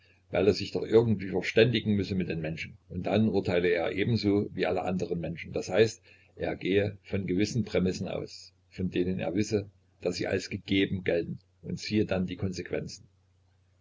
weil er sich doch irgendwie verständigen müsse mit den menschen und dann urteile er ebenso wie alle andern menschen d h er gehe von gewissen prämissen aus von denen er wisse daß sie als gegeben gelten und ziehe dann die konsequenzen